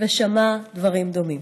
ושמע דברים דומים.